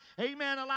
amen